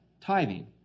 tithing